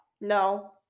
No